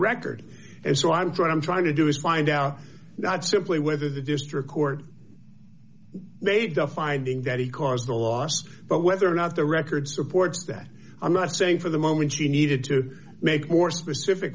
record and so i'm trying i'm trying to do is find out not simply whether the district court made the finding that he caused the loss but whether or not the record supports that i'm not saying for the moment she needed to make more specific